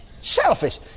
Selfish